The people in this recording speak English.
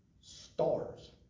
Stars